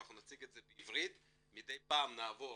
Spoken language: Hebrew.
אנחנו נציג את זה בעברית ומדי פעם נעבור